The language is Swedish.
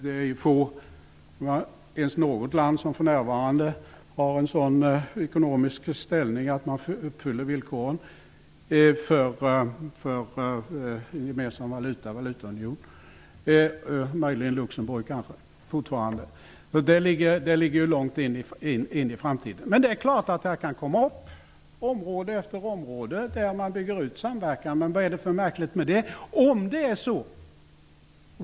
Det är ju få länder, om ens något land, som för närvarande har en sådan ekonomisk ställning att villkoren uppfylls för en gemensam valutaunion -- möjligen Luxemburg fortfarande. Men det ligger långt in i framtiden. Det är klart att det kan bli så att man på område efter område bygger ut samverkan. Vad är det för märkligt med det?